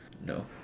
No